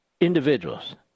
individuals